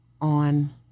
on